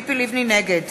נגד